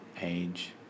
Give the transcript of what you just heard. age